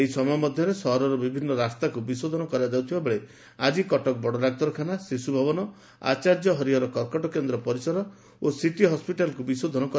ଏହି ସମୟ ମଧ୍ଧରେ ସହରର ବିଭିନୁ ରାସ୍ତାକୁ ବିଶୋଧନ କରାଯାଉଥିବା ବେଳେ ଆକି କଟକ ବଡ଼ଡାକ୍ତରଖାନା ଶିଶୁଭବନ ଆଚାର୍ଯ୍ୟ ହରିହର କର୍କଟ କେନ୍ଦ୍ର ପରିସର ଓ ସିଟି ହସ୍ୱିଟାଲକୁ ବିଶୋଧନ କରାଯାଇଛି